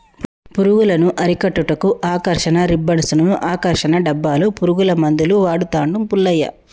పురుగులను అరికట్టుటకు ఆకర్షణ రిబ్బన్డ్స్ను, ఆకర్షణ డబ్బాలు, పురుగుల మందులు వాడుతాండు పుల్లయ్య